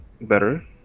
better